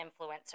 influencer